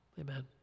Amen